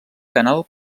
canal